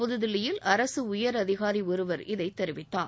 புதுதில்லியில் அரசு உயர் அதிகாரி ஒருவர் இதைத் தெரிவித்தார்